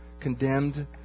condemned